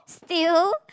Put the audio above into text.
fail